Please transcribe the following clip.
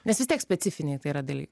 nes vis tiek specifiniai tai yra dalykai